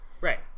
Right